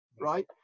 right